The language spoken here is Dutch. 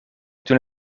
toen